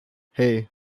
hey